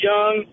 Young